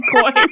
coin